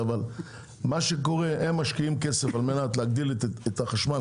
הם משקיעים כסף על מנת להגדיל את החשמל,